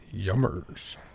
Yummers